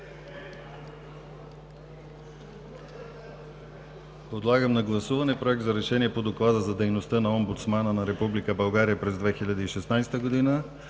Подлагам на гласуване Проекта за решение по Доклада за дейността на омбудсмана на Република България през 2016 г.: